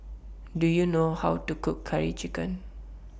Do YOU know How to Cook Curry Chicken